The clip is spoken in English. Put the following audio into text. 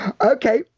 Okay